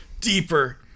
deeper